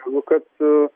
negu kad